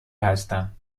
هستم